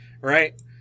right